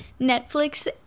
Netflix